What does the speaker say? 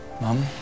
Mom